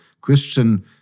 Christian